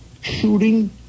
shooting